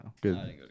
good